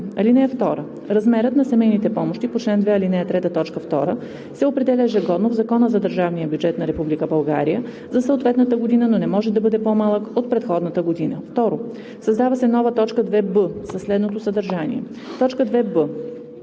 (2) Размерът на семейните помощи по чл. 2, ал. 3, т. 2 се определя ежегодно в Закона за държавния бюджет на Република България за съответната година, но не може да бъде по-малък от предходната година.“ 2. Създава се нова т. 2б със следното съдържание: „2б.